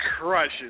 Crushes